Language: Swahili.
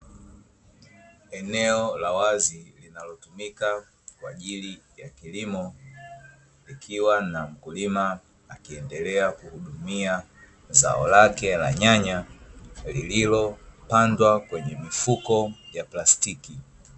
Eneo la wazi linalotumika kwa ajili ya kilimo ,likiwa na mkulima akiendelea kuhudumia zao lake la nyanya lililopandwa kwenye mifuko ya plastiki.